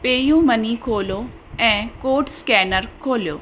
PayU money खोलियो ऐं code scanner खोलियो